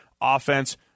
offense